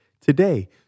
today